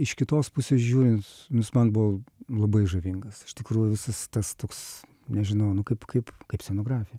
iš kitos pusės žiūrint nu jis man buvo labai žavingas iš tikrųjų visas tas toks nežinau nu kaip kaip kaip scenografija